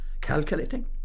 calculating